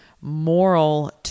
moral